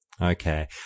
Okay